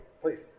please